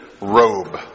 robe